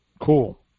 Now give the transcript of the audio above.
cool